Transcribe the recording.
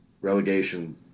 relegation